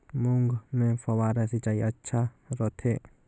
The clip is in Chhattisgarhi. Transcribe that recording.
मूंग मे फव्वारा सिंचाई अच्छा रथे?